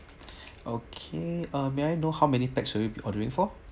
okay uh may I know how many pax will you be ordering for